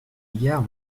égard